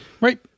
Right